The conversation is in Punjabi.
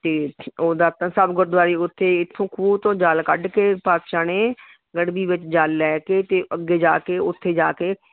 ਅਤੇ ਉਹ ਦਾਤਣ ਸਾਹਿਬ ਗੁਰਦੁਆਰੇ ਉੱਥੇ ਇੱਥੋਂ ਖੂਹ ਤੋਂ ਜਲ ਕੱਢ ਕੇ ਪਾਤਸ਼ਾਹ ਨੇ ਗੜਵੀ ਵਿੱਚ ਜਲ ਲੈ ਕੇ ਅਤੇ ਅੱਗੇ ਜਾ ਕੇ ਉੱਥੇ ਜਾ ਕੇ